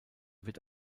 wird